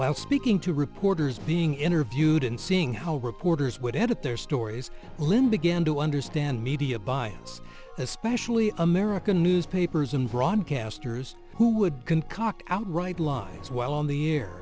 while speaking to reporters being interviewed and seeing how reporters would edit their stories lynn began to understand media bias especially american newspapers and broadcasters who would concoct out right lies while on the air